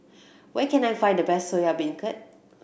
where can I find the best Soya Beancurd